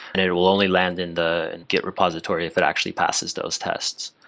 and it it will only land in the git repository if it actually passes those tests.